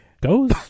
goes